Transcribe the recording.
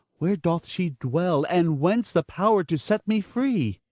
where doth she dwell, and whence the power to set me free?